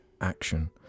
action